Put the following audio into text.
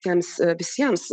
jiems visiems